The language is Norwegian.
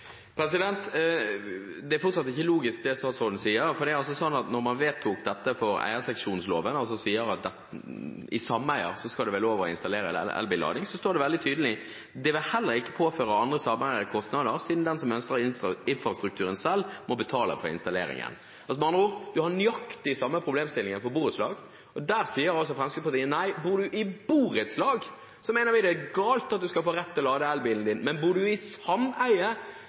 Det statsråden sier, er fortsatt ikke logisk, for i forbindelse med at man vedtok dette i eierseksjonsloven, hvor det står at det i sameier skal være lov å installere elbil-lader, står det veldig tydelig i merknadene i innstillingen: «Det vil heller ikke påføre andre sameiere kostnader, siden den som ønsker infrastrukturen selv må betale for installeringen.» Med andre ord: Vi har nøyaktig den samme problemstillingen for borettslag, og der sier altså Fremskrittspartiet nei. I borettslag mener de at det er galt at man skal ha rett til å lade elbilen sin, men bor man i